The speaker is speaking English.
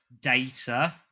data